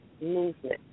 movement